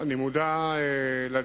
אני מודע לדברים.